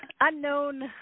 unknown